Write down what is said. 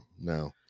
no